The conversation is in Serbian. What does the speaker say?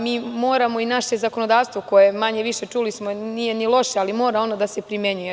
Mi moramo i naše zakonodavstvo koje manje-više, čuli smo nije ni loše, ali mora ono da se primenjuje.